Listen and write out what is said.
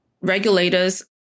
regulators